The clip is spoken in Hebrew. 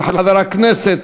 של חבר הכנסת